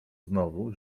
znowu